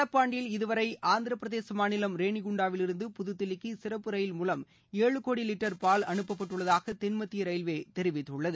நடப்பாண்டில் இதுவரை ஆந்திர பிரதேச மாநிலம் ரேணிகுண்டாவிலிருந்து புதுதில்லிக்கு சிறப்பு ரயில் மூலம் ஏழு கோடி லிட்டர் பால் அனுப்பப்பட்டுள்ளதாக தென்மத்திய ரயில்வே தெரிவித்துள்ளது